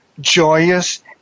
joyous